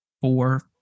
four